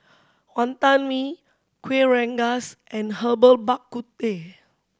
Wantan Mee Kuih Rengas and Herbal Bak Ku Teh